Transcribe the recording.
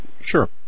Sure